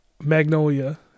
Magnolia